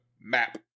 map